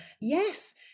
yes